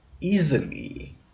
easily